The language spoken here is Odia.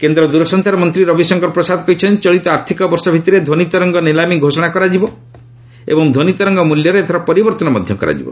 ପ୍ରସାଦ କେନ୍ଦ୍ର ଦୂରସଞ୍ଚାର ମନ୍ତ୍ରୀ ରବିଶଙ୍କର ପ୍ରସାଦ କହିଛନ୍ତି ଚଳିତ ଆର୍ଥିକ ବର୍ଷ ଭିତରେ ଧ୍ୱନିତରଙ୍ଗ ନିଲାମୀ ଘୋଷଣା କରାଯିବ ଏବଂ ଧ୍ୱନିତରଙ୍ଗ ମୂଲ୍ୟରେ ଏଥର ପରିବର୍ତ୍ତନ କରାଯିବ